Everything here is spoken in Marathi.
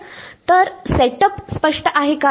तर सेट अप स्पष्ट आहे का